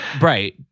Right